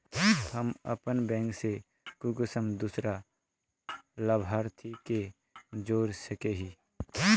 हम अपन बैंक से कुंसम दूसरा लाभारती के जोड़ सके हिय?